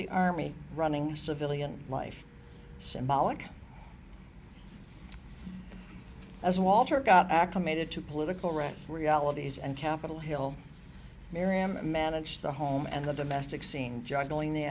the army running civilian life symbolic as walter got acclimated to political red realities and capitol hill miriam manage the home and the domestic scene juggling the